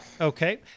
Okay